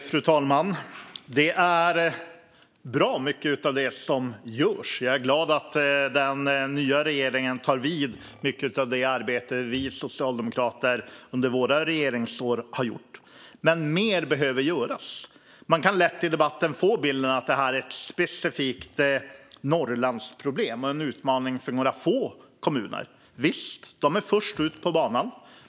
Fru talman! Mycket av det som görs är bra. Jag är glad att den nya regeringen tar vid mycket av det arbete som vi socialdemokrater gjorde under våra regeringsår. Men mer behöver göras. Man kan lätt i debatten få bilden att detta är ett specifikt Norrlandsproblem och en utmaning för några få kommuner. Visst, de är först ut på banan.